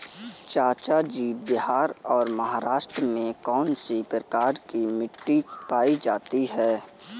चाचा जी बिहार और महाराष्ट्र में कौन सी प्रकार की मिट्टी पाई जाती है?